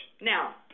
now